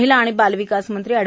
महिला आणि बालविकास मंत्री एड